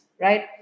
right